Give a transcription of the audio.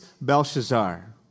Belshazzar